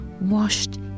washed